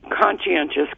conscientious